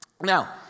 Now